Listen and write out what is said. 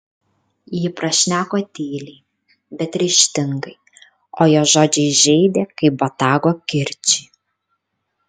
ji prašneko tyliai bet ryžtingai o jos žodžiai žeidė kaip botago kirčiai